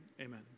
amen